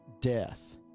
death